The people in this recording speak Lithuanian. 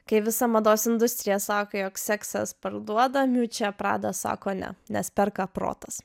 kai visa mados industrija sako jog seksas parduoda miučia prada sako ne nes perka protas